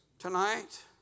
Tonight